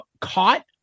caught